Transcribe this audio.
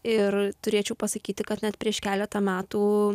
ir turėčiau pasakyti kad net prieš keletą metų